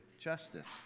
justice